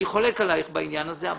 אני חולק עליך בעניין הזה.